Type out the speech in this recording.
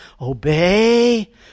Obey